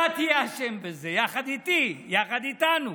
אתה תהיה אשם בזה, יחד איתי, יחד איתנו.